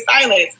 silence